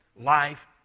life